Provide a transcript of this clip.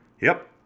Yep